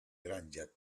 granja